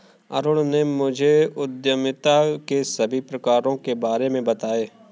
अरुण ने मुझे उद्यमिता के सभी प्रकारों के बारे में बताएं